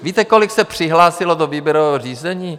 Víte, kolik se přihlásilo do výběrového řízení?